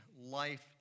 life